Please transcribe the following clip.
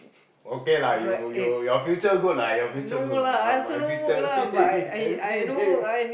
okay lah you your your future good lah your future good lah my future happy already